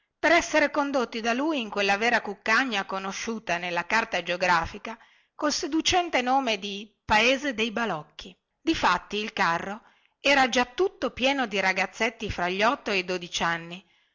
per essere condotti da lui in quella vera cuccagna conosciuta nella carta geografica col seducente nome di paese dei balocchi difatti il carro era già tutto pieno di ragazzetti fra gli otto e i dodici anni